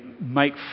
make